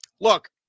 look